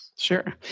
Sure